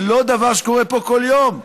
זה לא דבר שקורה פה כל יום.